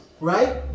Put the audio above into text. right